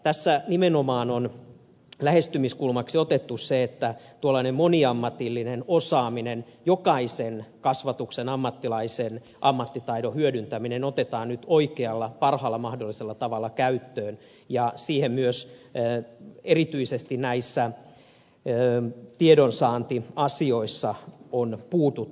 tässä nimenomaan on lähestymiskulmaksi otettu se että tuollainen moniammatillinen osaaminen jokaisen kasvatuksen ammattilaisen ammattitaidon hyödyntäminen otetaan nyt oikealla parhaalla mahdollisella tavalla käyttöön ja siihen myös erityisesti näissä tiedonsaantiasioissa on puututtu